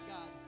God